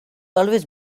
always